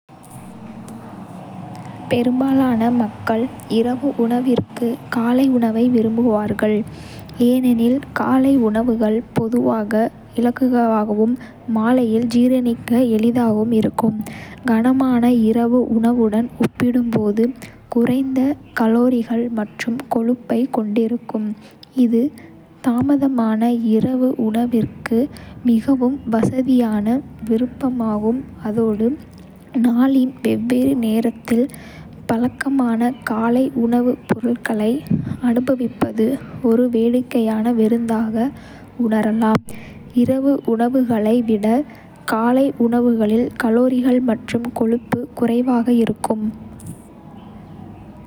பெரும்பாலான மக்கள் இரவு உணவிற்கு காலை உணவை விரும்புவார்கள், ஏனெனில் காலை உணவுகள் பொதுவாக இலகுவாகவும், மாலையில் ஜீரணிக்க எளிதாகவும் இருக்கும். கனமான இரவு உணவுடன் ஒப்பிடும்போது குறைந்த கலோரிகள் மற்றும் கொழுப்பைக் கொண்டிருக்கும், இது தாமதமான இரவு உணவிற்கு மிகவும் வசதியான விருப்பமாகும் அதோடு, நாளின் வெவ்வேறு நேரத்தில் பழக்கமான காலை உணவுப் பொருட்களை அனுபவிப்பது ஒரு வேடிக்கையான விருந்தாக உணரலாம். இரவு உணவுகளை விட காலை உணவுகளில் கலோரிகள் மற்றும் கொழுப்பு குறைவாக இருக்கும்.